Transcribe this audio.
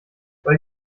weil